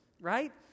right